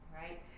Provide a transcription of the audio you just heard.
right